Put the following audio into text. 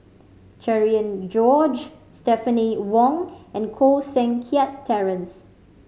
Cherian George Stephanie Wong and Koh Seng Kiat Terence